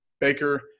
Baker